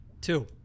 two